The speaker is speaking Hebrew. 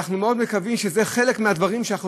אנחנו מאוד מקווים שזה חלק מהדברים שאנחנו